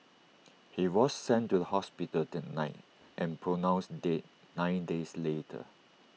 he was sent to the hospital that night and pronounced dead nine days later